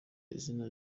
izina